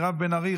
מירב בן ארי,